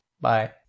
Bye